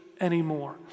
anymore